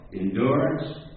endurance